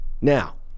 Now